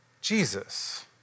Jesus